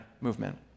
movement